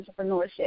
entrepreneurship